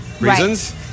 reasons